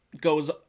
goes